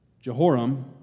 Jehoram